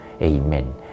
Amen